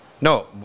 No